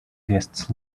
guests